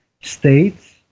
states